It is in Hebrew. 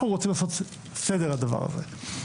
אנחנו רוצים לעשות סדר בדבר הזה.